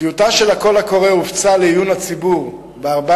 טיוטה של הקול הקורא הופצה לעיון הציבור ב-14